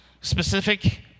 specific